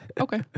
Okay